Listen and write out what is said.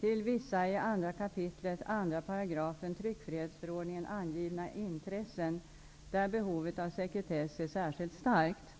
till vissa i 2 kap. 2 § tryckfrihetsförordningen angivna intressen, där behovet av sekretess är särskilt starkt.